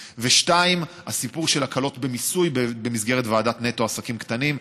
2. הסיפור של הקלות במיסוי במסגרת ועדת נטו עסקים קטנים.